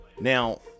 Now